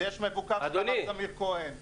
-- ויש --- אמיר כהן -- אדוני,